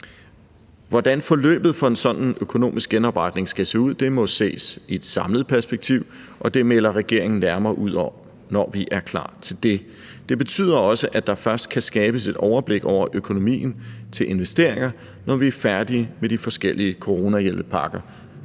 Hvordan forløbet for en sådan økonomisk genopretning skal se ud, må jo ses i et samlet perspektiv, og det melder regeringen nærmere ud om, når vi er klar til det. Det betyder også, at der først kan skabes et overblik over økonomien til investeringer, når vi er færdige med de forskellige coronahjælpepakker,